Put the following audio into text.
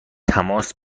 تماس